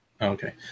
Okay